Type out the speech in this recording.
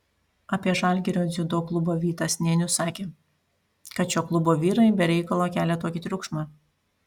apie žalgirio dziudo klubą vytas nėnius sakė kad šio klubo vyrai be reikalo kelia tokį triukšmą